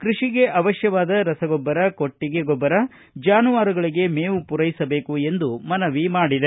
ಕೃಷಿಗೆ ಅವಶ್ಯವಾದ ರಸಗೊಬ್ಬರ ಕೊಟ್ಟಗೆ ಗೊಬ್ಬರ ಜಾನುವಾರುಗಳಿಗೆ ಮೇವು ಪೂರೈಸಬೇಕು ಎಂದು ಮನವಿ ಮಾಡಿದೆ